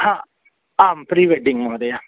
आम् आं प्रीवेडिङ्ग् महोदय